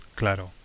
claro